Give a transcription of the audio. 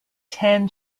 ten